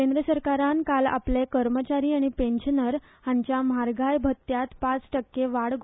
केंद्र सरकारान काल आपले कर्मचारी आनी पेन्शनर हांच्या म्हारगाय भत्त्यांत पांच टक्के वाड घोशीत केल्या